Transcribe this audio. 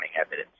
evidence